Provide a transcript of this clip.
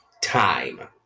Time